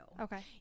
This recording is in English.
Okay